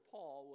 Paul